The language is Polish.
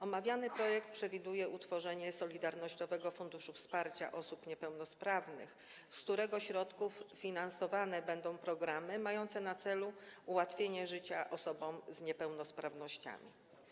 Omawiany projekt przewiduje utworzenie Solidarnościowego Funduszu Wsparcia Osób Niepełnosprawnych, z którego środków finansowane będą programy mające na celu ułatwienie życia osobom z niepełnosprawnościami.